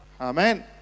Amen